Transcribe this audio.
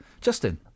Justin